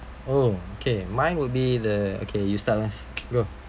oh okay mine will be the okay you start first go